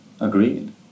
Agreed